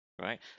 right